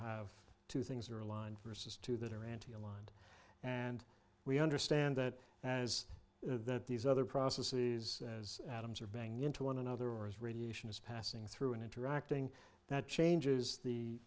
have two things are aligned versus two that are anti aligned and we understand that as that these other processes as atoms are banging into one another as radiation is passing through and interacting that changes the